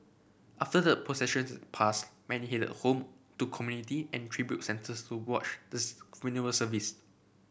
after the processions passed many headed home to community and tribute centres to wash this funeral service